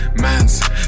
Man's